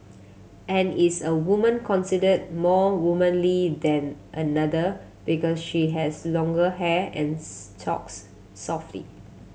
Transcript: and is a woman considered more womanly than another because she has longer hair and talks softly